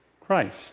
Christ